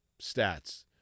stats